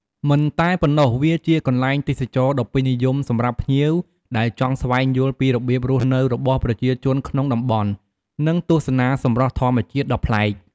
មិនតែប៉ុណ្ណោះវាជាកន្លែងទេសចរណ៍ដ៏ពេញនិយមសម្រាប់ភ្ញៀវដែលចង់ស្វែងយល់ពីរបៀបរស់នៅរបស់ប្រជាជនក្នុងតំបន់និងទស្សនាសម្រស់ធម្មជាតិដ៏ប្លែក។